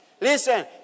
Listen